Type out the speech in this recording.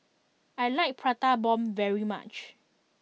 I like Prata Bomb very much